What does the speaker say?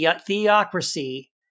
theocracy